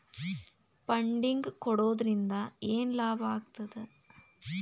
Funding ಕೊಡೊದ್ರಿಂದಾ ಏನ್ ಲಾಭಾಗ್ತದ?